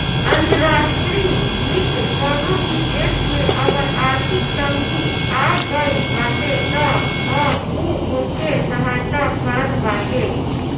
अंतर्राष्ट्रीय वित्त कवनो भी देस में अगर आर्थिक तंगी आगईल बाटे तअ उ ओके सहायता करत बाटे